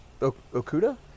Okuda